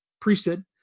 priesthood